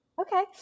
Okay